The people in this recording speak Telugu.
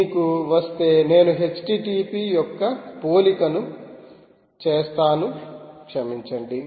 మీకు వస్తే నేను http యొక్క పోలికను చేస్తాను క్షమించండి